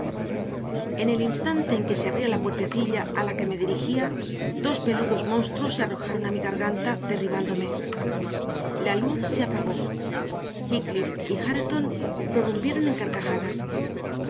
en el instante en que se abría la puertecilla a la que me dirigía dos peludos monstruos se arrojaron a mi garganta derribándome la luz se apagó heathcliff y hareton prorrumpieron en carcajadas